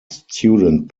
student